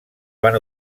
van